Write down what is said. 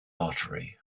artery